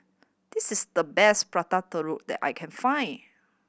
this is the best Prata Telur that I can find